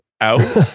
out